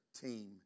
team